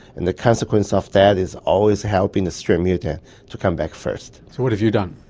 and the consequence of that is always helping the strep mutans to come back first. so what have you done?